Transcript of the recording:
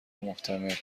محتمل